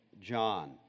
John